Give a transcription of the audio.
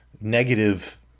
negative